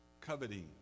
coveting